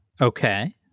okay